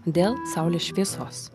dėl saulės šviesos